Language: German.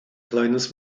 kleines